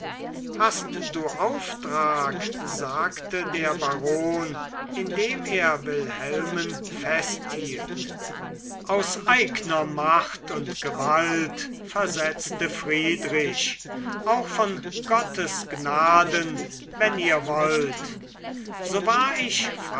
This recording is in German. hast du auftrag sagte der baron indem er wilhelmen festhielt aus eigner macht und gewalt versetzte friedrich auch von gottes gnaden wenn ihr wollt so war ich